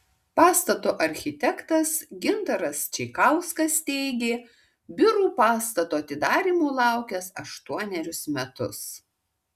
pastato architektas gintaras čeikauskas teigė biurų pastato atidarymo laukęs aštuonerius metus